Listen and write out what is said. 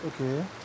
Okay